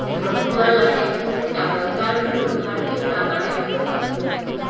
dollar এক ধরনের টাকা যার মূল্য ভারতীয় টাকায় একাত্তর টাকা